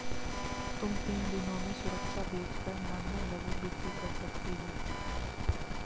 तुम तीन दिनों में सुरक्षा बेच कर नग्न लघु बिक्री कर सकती हो